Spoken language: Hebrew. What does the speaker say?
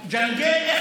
ג'נגל?